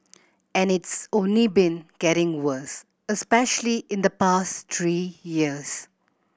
and it's only been getting worse especially in the past three years